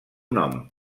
nom